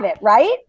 right